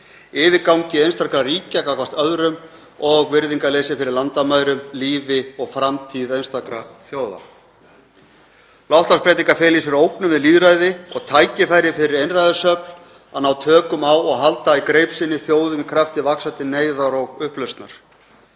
yfirgangi einstakra ríkja gagnvart öðrum og virðingarleysi fyrir landamærum, lífi og framtíð einstakra þjóða. Loftslagsbreytingar fela í sér ógnun við lýðræði og tækifæri fyrir einræðisöfl til að ná tökum á og halda í greip sinni þjóðum í krafti vaxandi neyðar og upplausnar,